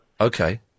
Okay